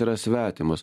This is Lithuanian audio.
yra svetimas